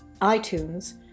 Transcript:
iTunes